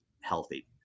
healthy